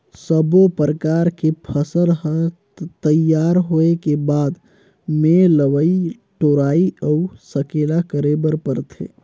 सब्बो परकर के फसल हर तइयार होए के बाद मे लवई टोराई अउ सकेला करे बर परथे